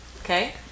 Okay